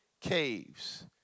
caves